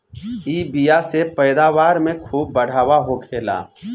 इ बिया से पैदावार में खूब बढ़ावा होखेला